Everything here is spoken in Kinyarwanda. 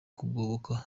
kugoboka